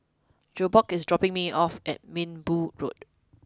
Jakob is dropping me off at Minbu Road